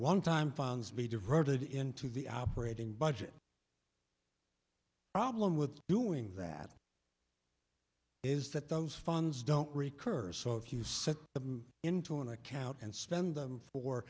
one time funds be diverted into the operating budget problem with doing that is that those funds don't recur so if you set them into an account and spend them for